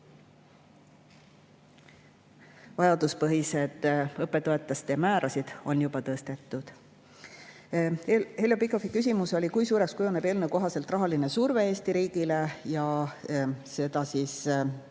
vajaduspõhiste õppetoetuste määrasid juba tõstetud. Heljo Pikhofi küsimus oli, kui suureks kujuneb eelnõu kohaselt rahaline surve Eesti riigile. Eelnõu